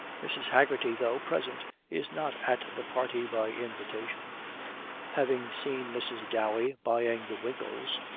mrs. haggerty, though present, is not at the party by invitation having seen mrs. dowey buying the winkles,